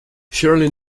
surely